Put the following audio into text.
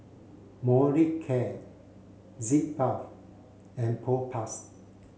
Molicare Sitz bath and Propass